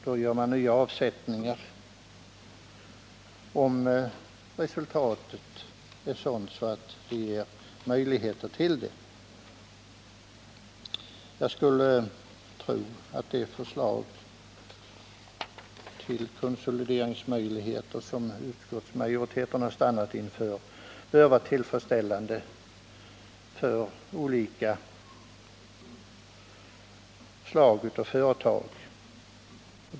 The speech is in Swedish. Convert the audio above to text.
Då gör man nya avsättningar, om resultatet är sådant att det ger möjlighet därtill. Jag skulle tro att det förslag till konsolideringsmöjligheter som utskottsmajoriteten har stannat inför bör vara tillfredsställande för olika slag av företag.